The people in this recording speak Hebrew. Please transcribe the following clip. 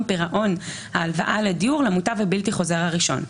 פירעון ההלוואה לדיור למוטב הבלתי חוזר הראשון.